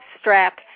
strap